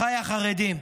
אחיי החרדים,